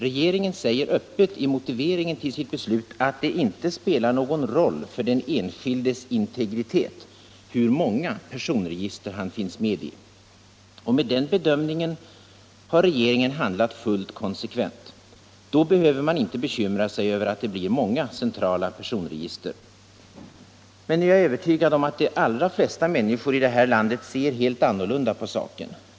Regeringen säger öppet i motiveringen till sitt beslut att det inte spelar någon roll för den enskildes integritet hur många personregister han finns med i. Och med den bedömningen har regeringen handlat fullt konsekvent. Då behöver man inte bekymra sig över att det blir många centrala personregister. Men jag är övertygad om att de allra flesta människor i det här landet ser helt annorlunda på saken.